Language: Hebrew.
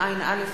התשע"א 2011,